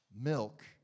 milk